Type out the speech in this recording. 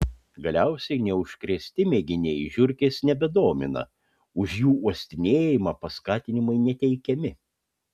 galiausiai neužkrėsti mėginiai žiurkės nebedomina už jų uostinėjimą paskatinimai neteikiami